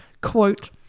Quote